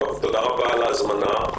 תודה רבה על ההזמנה.